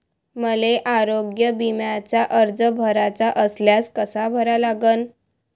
मले आरोग्य बिम्याचा अर्ज भराचा असल्यास कसा भरा लागन?